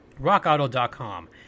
rockauto.com